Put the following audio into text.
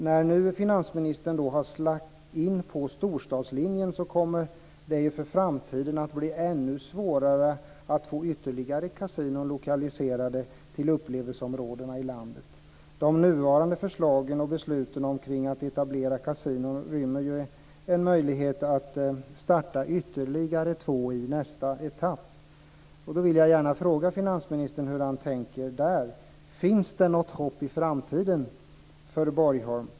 När nu finansministern har gått in för storstadslinjen, kommer det för framtiden att bli ännu svårare att få ytterligare kasinon lokaliserade till upplevelseområdena i landet. De nuvarande förslagen och besluten omkring att etablera kasinon rymmer ju en möjlighet att starta ytterligare två i nästa etapp. Hur tänker finansministern där? Finns det något hopp i framtiden för Borgholm?